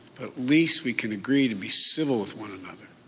but least we can agree to be civil with one another.